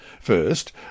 First